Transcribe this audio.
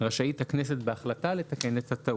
רשאית הכנסת בהחלטה לתקן את הטעות.